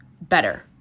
better